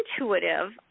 intuitive